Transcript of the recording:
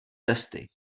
testy